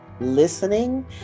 listening